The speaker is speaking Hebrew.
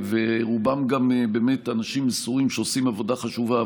ורובם גם באמת אנשים מסורים שעושים עבודה חשובה.